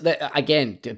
again